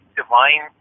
divine